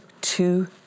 two